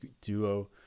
duo